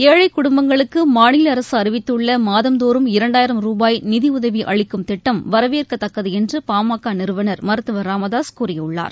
ஏழை குடும்பங்களுக்கு மாநில அரசு அறிவித்துள்ள மாதந்தோறும் இரண்டாயிரம் ரூபாய் நிதியுதவி அளிக்கும் திட்டம் வரவேற்கத்தக்கது என்று பா ம க நிறுவனர் மருத்துவர் ச ராமதாசு கூறியுள்ளார்